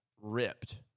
ripped